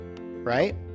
right